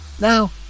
now